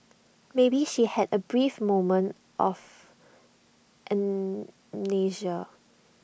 maybe she had A brief moment of amnesia